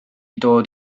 dod